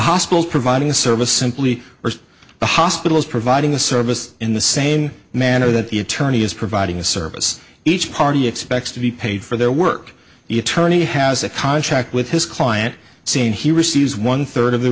hospital providing the service simply or the hospitals providing the services in the same manner that the attorney is providing a service each party expects to be paid for their work the attorney has a contract with his client saying he receives one third of the